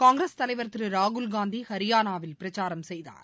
காங்கிரஸ் தலைவர் திரு ராகுல் காந்தி ஹரியானாவில் பிரச்சாரம் செய்தார்